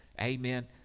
Amen